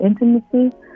intimacy